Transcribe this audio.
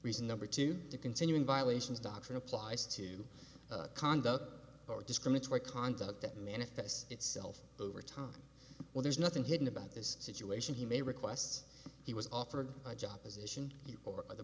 reason number two the continuing violations doctrine applies to conduct or discriminatory conduct that manifests itself over time well there's nothing hidden about this situation he may request he was offered a job position or